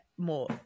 more